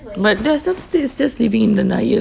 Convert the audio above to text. but there are some states just living in denial